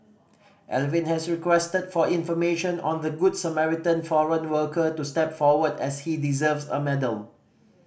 Alvin has requested for information on the Good Samaritan foreign worker to step forward as he deserves a medal